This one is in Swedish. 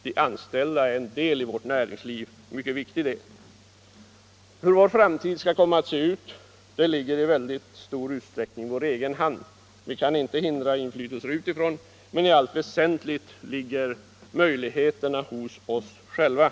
De anställda är en mycket viktig del av vårt näringsliv. Hur vår framtid skall se ut avgör vi i stor utsträckning själva. Vi kan inte hindra inflytelser utifrån, men i allt väsentligt ligger möjlig heterna hos oss själva.